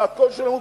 והקול שלו,